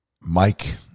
Mike